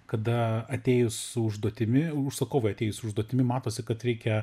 kada atėjus su užduotimi užsakovui atėjus su užduotimi matosi kad reikia